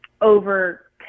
over